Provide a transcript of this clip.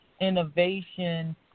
innovation